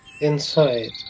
inside